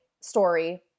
story